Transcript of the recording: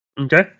Okay